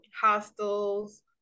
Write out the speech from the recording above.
hostels